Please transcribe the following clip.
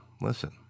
Listen